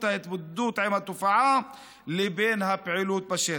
ההתמודדות עם התופעה לבין הפעילות בשטח.